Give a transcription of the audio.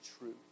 truth